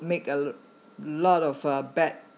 make a lot of uh bad